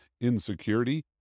insecurity